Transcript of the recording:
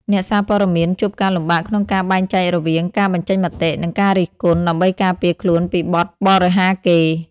អ្នកសារព័ត៌មានជួបការលំបាកក្នុងការបែងចែករវាង "ការបញ្ចេញមតិ" និង "ការរិះគន់" ដើម្បីការពារខ្លួនពីបទបរិហាកេរ្តិ៍។